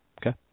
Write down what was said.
Okay